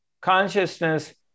consciousness